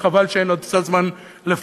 וחבל שאין עוד קצת זמן לפרט